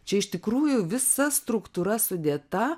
čia iš tikrųjų visa struktūra sudėta